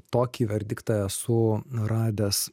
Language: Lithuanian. tokį verdiktą esu radęs